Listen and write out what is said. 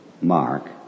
mark